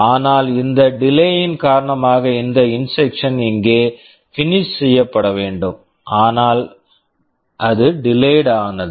ஆனால் இந்த delay delay ன் காரணமாக இந்த இன்ஸ்ட்ரக்க்ஷன் instruction இங்கே பினிஷ் finish செய்யப்பட வேண்டும் ஆனால் அது டிலேய்ட் delayed ஆனது